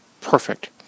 Perfect